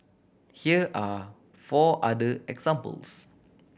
here are four other examples